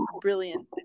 brilliant